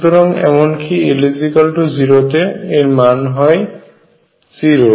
সুতরাং এমনকি l 0 তে এর মান হয় 0